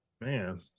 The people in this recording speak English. man